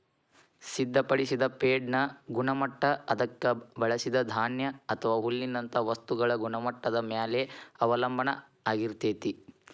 ಸಿದ್ಧಪಡಿಸಿದ ಫೇಡ್ನ ಗುಣಮಟ್ಟ ಅದಕ್ಕ ಬಳಸಿದ ಧಾನ್ಯ ಅಥವಾ ಹುಲ್ಲಿನಂತ ವಸ್ತುಗಳ ಗುಣಮಟ್ಟದ ಮ್ಯಾಲೆ ಅವಲಂಬನ ಆಗಿರ್ತೇತಿ